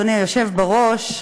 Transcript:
אדוני היושב בראש,